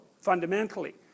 fundamentally